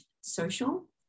social